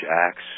acts